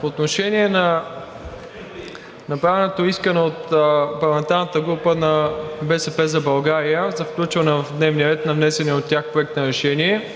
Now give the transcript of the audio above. по отношение на направеното искане от парламентарната група на „БСП за България“ за включване в дневния ред на внесения от тях Проект на решение,